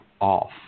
off